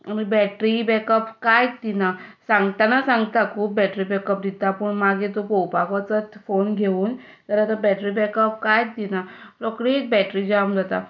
आनी battery backup कांय दिना सांगतना सांगता खूब बॅटरी बॅक अप दिता पूण मागीर तूं पळोवपाक वचत फोन घेवन जाल्यार तो बॅटरी बॅक अप कांयच दिना रोकडीच बॅटरी जाम जाता